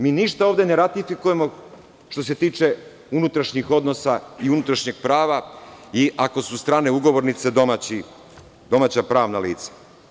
Mi ništa ovde ne ratifikujemo što se tiče unutrašnjih odnosa i unutrašnjeg prava i ako su strane ugovornice domaća pravna lica.